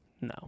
No